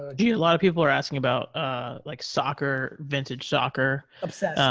a a lot of people are asking about like soccer, vintage soccer. obsessed. um